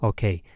Okay